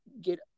get